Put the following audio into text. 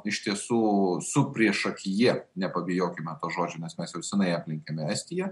iš tiesų su priešakyje nepabijokime to žodžio nes mes jau seniai aplenkėme estiją